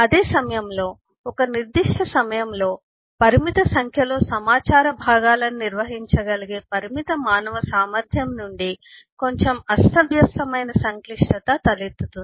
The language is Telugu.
అదే సమయంలో ఒక నిర్దిష్ట సమయంలో పరిమిత సంఖ్యలో సమాచార భాగాలను నిర్వహించగలిగే పరిమిత మానవ సామర్థ్యం నుండి కొంచెం అస్తవ్యస్తమైన సంక్లిష్టత తలెత్తుతుంది